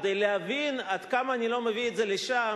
כדי להבין עד כמה אני לא מביא את זה לכאן,